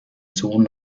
sohn